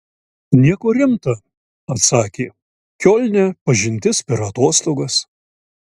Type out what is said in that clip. nieko rimta atsakė kiolne pažintis per atostogas